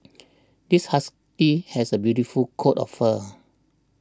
this husky has a beautiful coat of fur